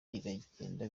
iragenda